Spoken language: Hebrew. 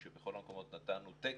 כשבכל המקומות נתנו תקן,